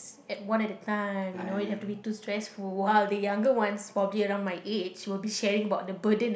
at one at a time you know you have to be too stressful while the younger ones probably around my age will be sharing about the burden and